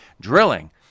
drilling